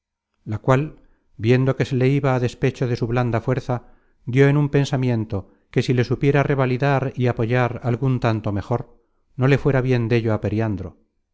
la cual viendo que se le iba a despecho de su blanda fuerza dió en un pensamiento que si le supiera revalidar y apoyar algun tanto mejor no le fuera bien dello á periandro